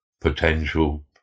potential